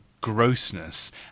grossness